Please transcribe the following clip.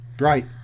right